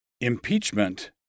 Impeachment